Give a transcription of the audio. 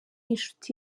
inshuti